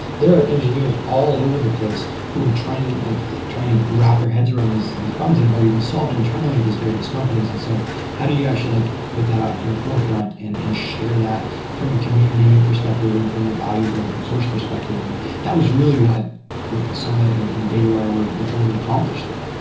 there are engineers all over the place who are trying to like trying to wrap their heads around these these problems that have already been solved internally at these various companies. and so how do you actually like put that out in the forefront and and share that from a community perspective and from the values of open-source perspective. and that was really what what the summit and and datawire were were trying to accomplish there.